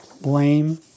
blame